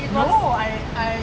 it was